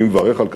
אני מברך על כך,